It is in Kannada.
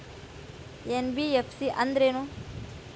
ಎನ್.ಬಿ.ಎಫ್.ಸಿ ಅಂದ್ರೇನು?